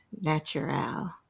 Natural